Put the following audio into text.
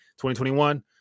2021